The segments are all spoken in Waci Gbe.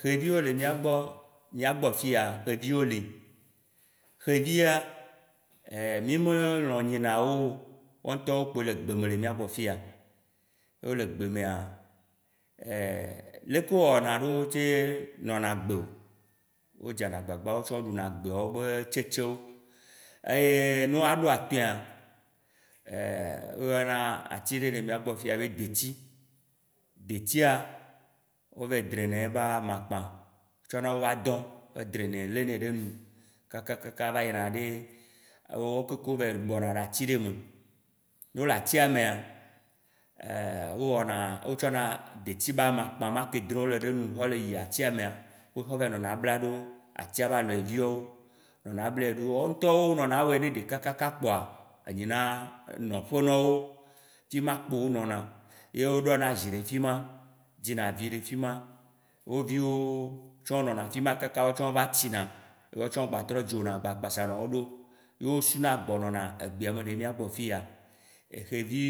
Xeviwo le miagbɔ, miagbɔ fiya xeviwo le, xeviwoa mimelɔ̃ ynina wo, woawo ŋtɔwo kpoe le gbeme le miagbɔ fiya. No le gbemea, leke wo wɔna ɖo tse nɔna gbeo? Wo dzana gbagba gbagba wotsɔ ɖuna gbeawo be tsetsewo eye no woaɖo atɔ̃ea woyɔna ati ɖe le miagbɔ fiya be deti. Detia, wovae drena ye ba makpa, wotsɔna woa dɔ hedre nɛ le nɛ ɖe nu kakaka va yi na ɖe wo kekem va yi bɔna ɖe ati ɖe me. Ne wole atia mea, wowɔna wotsona deti ba ma ma- ma ke dre wole ɖe nu xɔ le yia tia mea, wotrɔ va yi nɔna bla ɖo atia ba lɔeviawo, nɔna ble ɖo wawo ŋtɔwo nɔna woe ɖoɖe kakaka kpoa enyina nɔƒe nɔwo fima kpo wonɔna, ye wo ɖɔ na zi ɖe fima, dzi na vi ɖe fima. Wo viwo tsɔ̃ nɔna fima kaka wo tsã wo va tsina, wɔtsan wo gba trɔ dzona gba kpasa na wo ɖo yo suna gbɔ nɔna egbea me le miagbɔ fiya xevi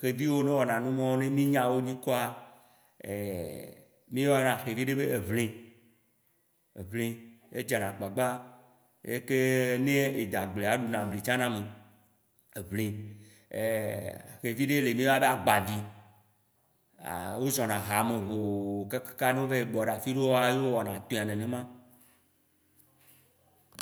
xevi yiwo ne wɔna numɔwo ne minya wo ŋkɔa, miyɔna xevi ɖewo be eʋli, eʋli, edzana gbagba, ye ke ne eda agblea, eɖuna ebli tsã na ame eʋli. xevi ɖe le miyɔna be agbavi, ah wozɔna hame hooo kakaka no va yi bɔ ɖe afiɖewoa yewo wɔna tɔ̃e nenema.